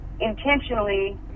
intentionally